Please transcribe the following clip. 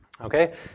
Okay